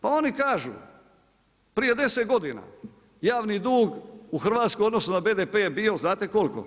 Pa oni kažu, prije 10 godina javni drug u Hrvatskoj u odnosu na BDP je bio, znate koliko?